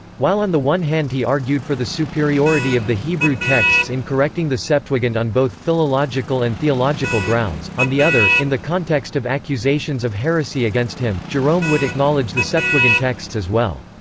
while on the one hand he argued for the superiority of the hebrew texts in correcting the septuagint on both philological and theological grounds, on the other, in the context of accusations of heresy against him, jerome would acknowledge the septuagint texts as well.